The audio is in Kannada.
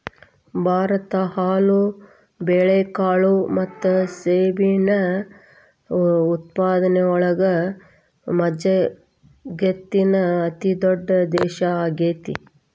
ಭಾರತ ಹಾಲು, ಬೇಳೆಕಾಳು ಮತ್ತ ಸೆಣಬಿನ ಉತ್ಪಾದನೆಯೊಳಗ ವಜಗತ್ತಿನ ಅತಿದೊಡ್ಡ ದೇಶ ಆಗೇತಿ